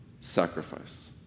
sacrifice